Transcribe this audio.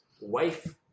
wife